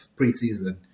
preseason